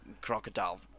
crocodile